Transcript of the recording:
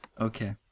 Okay